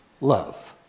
love